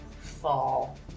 fall